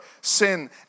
sin